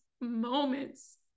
moments